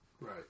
Right